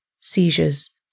Seizures